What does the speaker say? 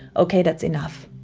ok, that's enough.